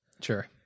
Sure